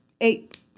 eight